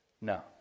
No